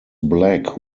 black